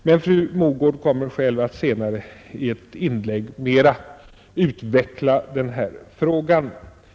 Fru Mogård kommer själv att i ett inlägg mera utveckla denna fråga.